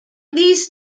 these